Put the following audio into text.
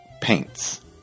paints